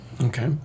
Okay